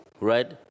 right